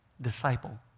disciple